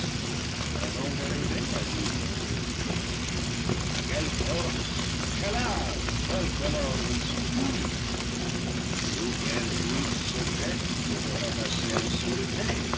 avant d'arri river à l'île heureuse quelle force quel art peuvent alors lui suffire ou quelle fuite secrète le fera passer en sûreté